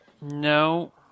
No